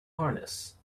harness